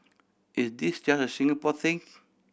is this just a Singapore thing